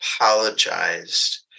apologized